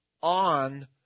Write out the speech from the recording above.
on